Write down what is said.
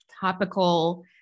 topical